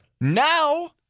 Now